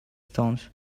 stones